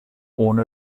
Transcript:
ohne